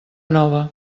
nova